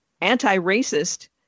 anti-racist